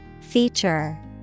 Feature